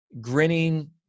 grinning